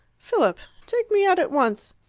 philip! take me out at once.